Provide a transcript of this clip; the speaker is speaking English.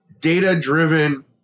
data-driven